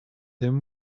him